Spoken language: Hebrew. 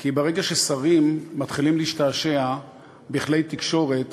כי ברגע ששרים מתחילים להשתעשע בכלי תקשורת